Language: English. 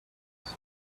else